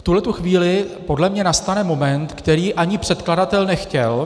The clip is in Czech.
Takže v tuto chvíli podle mě nastane moment, který ani předkladatel nechtěl.